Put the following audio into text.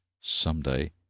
someday